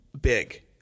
big